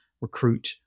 recruit